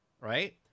Right